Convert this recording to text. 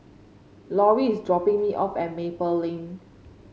Laurie is dropping me off at Maple Lane